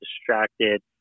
distracted